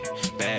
Bad